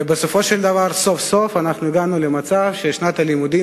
ובסופו של דבר סוף-סוף הגענו למצב ששנת הלימודים